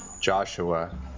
Joshua